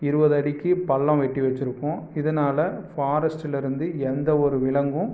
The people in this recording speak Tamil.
இருபதடிக்கி பள்ளம் வெட்டி வெச்சுருக்கோம் இதனால் ஃபாரஸ்ட்டிலிருந்து எந்த ஒரு விலங்கும்